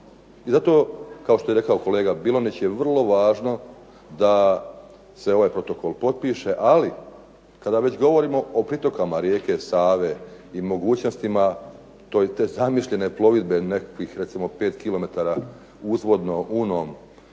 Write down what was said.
I zato, kao što je rekao kolega Bilonjić, je vrlo važno da se ovaj protokol potpiše, ali kada već govorimo o pritokama rijeke Save i mogućnostima te zamišljene plovidbe nekakvih recimo 5 km uzvodno Unom